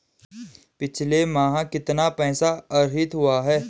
पिछले माह कितना पैसा आहरित हुआ है?